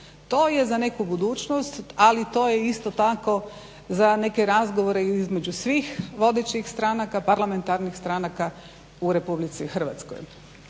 To je za neku budućnost ali to je isto tako za neke razgovore između svih vodećih parlamentarnih stranaka u RH.